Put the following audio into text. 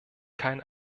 kein